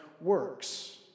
works